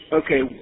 okay